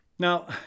Now